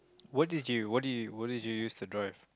what did you what did you what did you used to drive